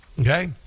okay